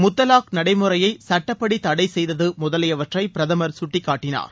முத்தலாக் நடைமுறையை சட்டப்படி தடை செய்தது முதலியவற்றை பிரதமர் சுட்டிக்காட்டினார்